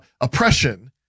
oppression